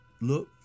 look